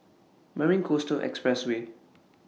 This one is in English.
Mary Coastal Expressway